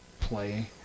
play